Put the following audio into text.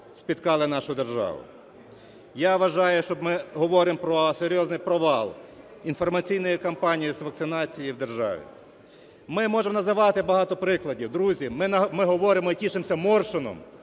спіткали нашу державу. Я вважаю, що ми говоримо про серйозний провал інформаційної кампанії з вакцинації в державі. Ми можемо називати багато прикладів, друзі, ми говоримо і тішимося Моршином,